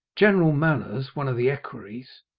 general manners, one of the equerries,